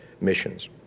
missions